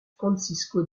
francisco